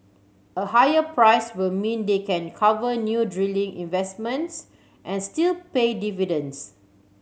a higher price will mean they can cover new drilling investments and still pay dividends